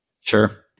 Sure